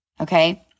okay